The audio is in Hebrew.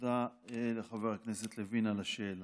תודה לחבר הכנסת לוין על השאלה.